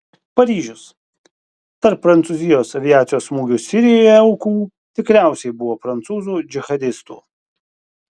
paryžius tarp prancūzijos aviacijos smūgių sirijoje aukų tikriausiai buvo prancūzų džihadistų